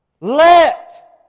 let